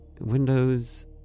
windows